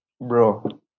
bro